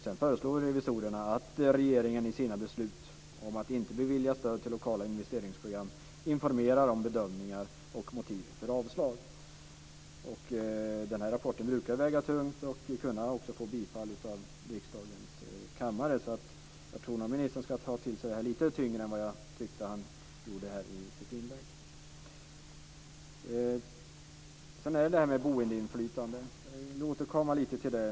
Sedan föreslår revisorerna att regeringen i sina beslut om att inte bevilja stöd till lokala investeringsprogram informerar om bedömningar och motiv för avslag. Den här rapporten brukar väga tungt och få bifall av riksdagens kammare, så jag tror nog att ministern ska ta till sig den lite bättre än vad jag tyckte att han gjorde i sitt inlägg. Sedan har vi boendeinflytandet. Jag vill återkomma lite till det.